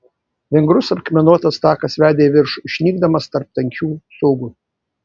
vingrus akmenuotas takas vedė į viršų išnykdamas tarp tankių cūgų